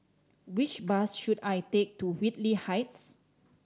which bus should I take to Whitley Heights